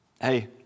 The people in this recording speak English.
hey